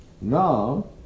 now